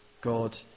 God